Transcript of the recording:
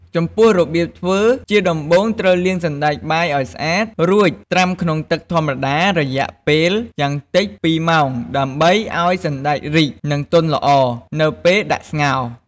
ចំពោះរបៀបធ្វើ ជាដំបូងត្រូវលាងសណ្ដែកបាយឱ្យស្អាត រួចត្រាំក្នុងទឹកធម្មតារយៈពេលយ៉ាងតិច ២ម៉ោងដើម្បីឱ្យសណ្តែករីក និងទន់ល្អនៅពេលដាក់ស្ងោរ។